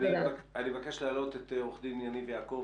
אני מבקש להעלות את עו"ד יניב יעקב,